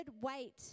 wait